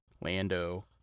Lando